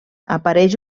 apareix